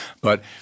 But-